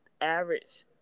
average